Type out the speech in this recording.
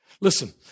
Listen